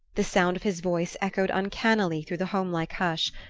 the sound of his voice echoed uncannily through the homelike hush,